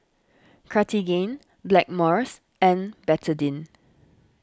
Cartigain Blackmores and Betadine